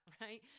right